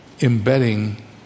embedding